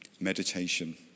Meditation